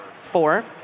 four